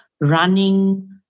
Running